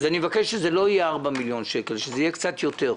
אני מבקש שזה לא יהיה 4 מיליון שקל אלא קצת יותר.